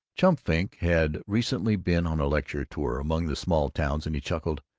chum frink had recently been on a lecture-tour among the small towns, and he chuckled,